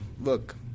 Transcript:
look